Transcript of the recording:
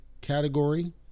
category